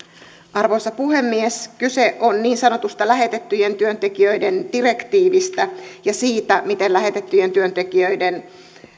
arvoisa puhemies kyse on niin sanotusta lähetettyjen työntekijöiden direktiivistä ja siitä miten lähetettyjen työntekijöiden